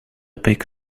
pick